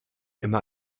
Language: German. immer